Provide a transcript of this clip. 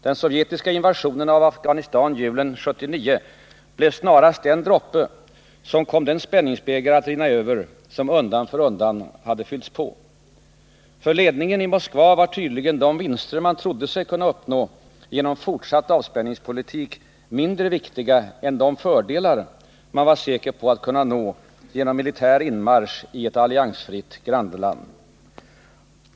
Den sovjetiska invasionen av Afghanistan julen 1979 blev snarast droppen som kom den spänningsbägare att rinna över som undan för undan hade fyllts på. För ledningen i Moskva var tydligen de vinster man trodde sig kunna uppnå genom fortsatt avspänningspolitik mindre viktiga än de fördelar man var säker på att kunna nå genom en militär inmarsch i ett alliansfritt grannland.